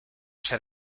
ser